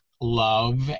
love